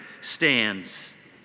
stands